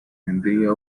tendría